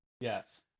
yes